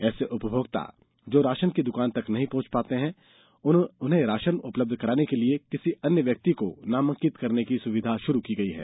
ऐसे उपभोक्ता जो राशन की दुकान तक नहीं आ सकते हैं उन्हें राशन उपलब्ध कराने के लिये किसी अन्य व्यक्ति को नामांकित करने की सुविधा षुरु की गई है